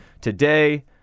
today